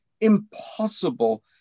impossible